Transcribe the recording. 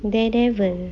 daredevil